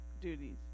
duties